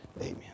Amen